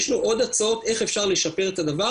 יש לנו עוד הצעות איך אפשר לשפר את המצב,